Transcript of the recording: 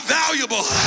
valuable